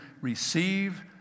receive